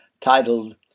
titled